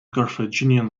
carthaginian